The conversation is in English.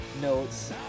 notes